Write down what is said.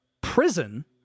prison